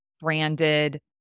branded